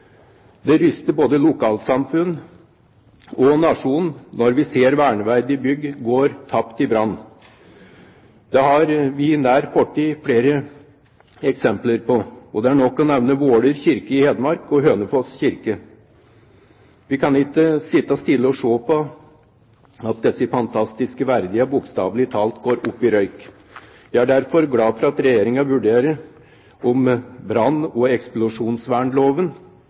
Det ryster både lokalsamfunnene og nasjonen når vi ser verneverdige bygg gå tapt i brann. Det har vi i nær fortid flere eksempler på, og det er nok å nevne Våler kirke i Hedmark og Hønefoss kirke. Vi kan ikke sitte stille og se på at disse fantastiske verdiene bokstavelig talt går opp i røyk. Jeg er derfor glad for at Regjeringen vurderer om brann- og eksplosjonsvernloven